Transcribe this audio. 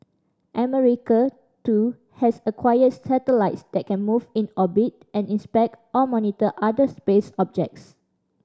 America too has acquired satellites that can move in orbit and inspect or monitor other space objects